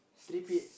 three P